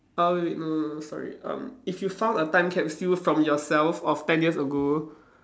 uh wait wait no no no sorry um if you found a time capsule from yourself of ten years ago